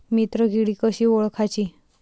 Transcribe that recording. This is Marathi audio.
मित्र किडी कशी ओळखाची?